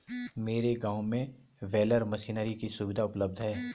मेरे गांव में बेलर मशीनरी की सुविधा उपलब्ध है